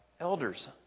elders